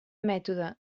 mètode